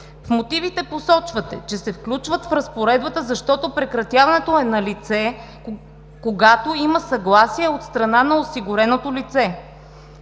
В мотивите посочвате, че се включват в разпоредбата, защото прекратяването е налице, когато има съгласие от страна на осигуреното лице.